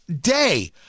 day